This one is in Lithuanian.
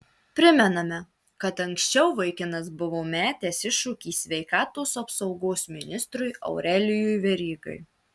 primename kad anksčiau vaikinas buvo metęs iššūkį sveikatos apsaugos ministrui aurelijui verygai